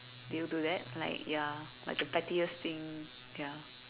do you do that like ya like the pettiest thing ya